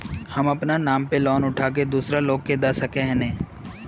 हम अपना नाम पर लोन उठा के दूसरा लोग के दा सके है ने